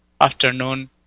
afternoon